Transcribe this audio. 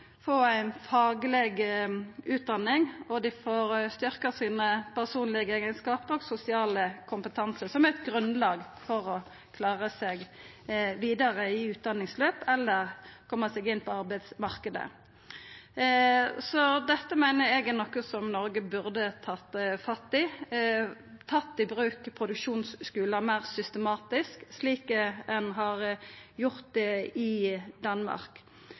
få ei fagleg utdanning, og dei får styrkt sine personlege eigenskapar og sin sosiale kompetanse, som er eit grunnlag for å klara seg i eit vidare utdanningsløp eller for å koma seg inn på arbeidsmarknaden. Så dette meiner eg er noko som Noreg burde tatt fatt i, tatt i bruk produksjonsskular meir systematisk, slik ein har gjort i Danmark.